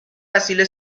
وسیله